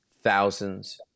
thousands